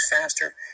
faster